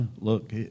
Look